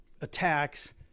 attacks